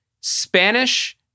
Spanish